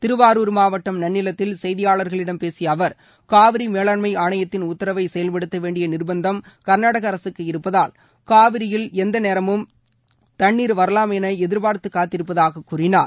திருவாரூர் மாவட்டம் நன்னிலத்தில் செய்தியாளர்களிடம் பேசிய அவர் காவிரி மேலாண்மை ஆணையத்தின் உத்தரவை செயல்படுத்த வேண்டிய நிர்ப்பந்தம் கர்நாடக அரசுக்கு இருப்பதால் காவிரியில் எந்த நேரமும் தண்ணீர் வரலாம் என எதிர்பார்த்து காத்திருப்பதாகக் கூறினார்